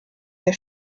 der